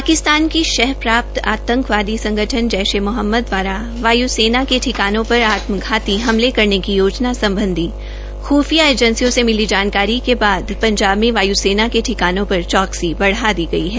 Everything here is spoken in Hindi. पाकिस्तान की शह प्राप्त आतंकवादी संगठन जैश ए मोहमप्रद दवारा वायू सेना के ठिकानों पर आत्मघाती हमले की योजना सम्बधी खुफिया एजेंसियो से मिली जानकारी के बाद पंजाब में वाय्सेना के ठिकानों पर चौकसी बढ़ा दी है